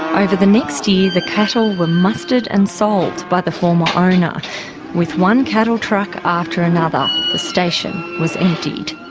over the next year, the cattle were mustered and sold by the former owner. with one cattle truck after another the station was emptied.